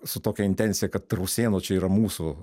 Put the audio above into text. su tokia intencija kad rusėnų čia yra mūsų